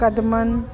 कदमनि